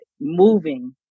moving